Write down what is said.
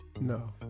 No